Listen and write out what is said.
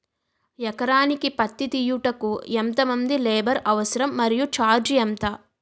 ఎకరానికి పత్తి తీయుటకు ఎంత మంది లేబర్ అవసరం? మరియు ఛార్జ్ ఎంత?